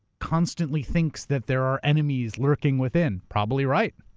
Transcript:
constantly thinks that there are enemies lurking within, probably right.